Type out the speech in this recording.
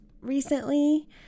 recently